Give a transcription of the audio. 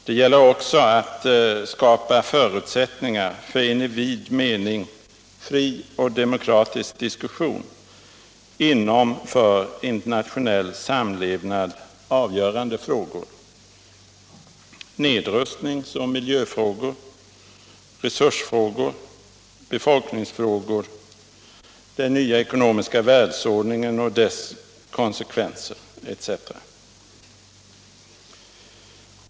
Det gäller också att skapa förutsättningar för en i vid mening fri och demokratisk diskussion inom för internationell samlevnad avgörande frågor: nedrustnings och miljöfrågor, resursfrågor, befolkningsfrågor, den nya ekonomiska världsordningen och dess konsekvenser etc.